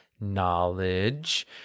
knowledge